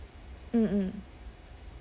mm mm